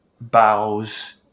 bows